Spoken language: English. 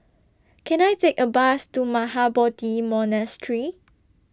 Can I Take A Bus to Mahabodhi Monastery